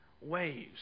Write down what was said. waves